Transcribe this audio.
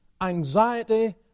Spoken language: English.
anxiety